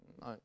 no